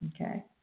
okay